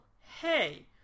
hey